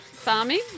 farming